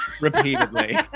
Repeatedly